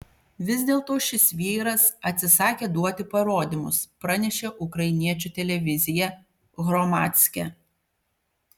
vis dėlto šis vyras atsisakė duoti parodymus pranešė ukrainiečių televizija hromadske